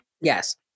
Yes